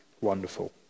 wonderful